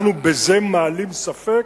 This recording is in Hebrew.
בזה אנחנו מעלים ספק?